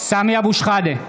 נגד סמי אבו שחאדה,